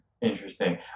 Interesting